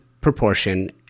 proportion